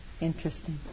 Interesting